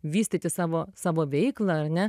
vystyti savo savo veiklą ar ne